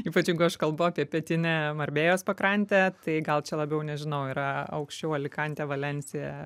ypač jeigu aš kalbu apie pietinę norvėjos pakrantę tai gal čia labiau nežinau yra aukščiau alikantė valensija